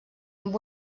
amb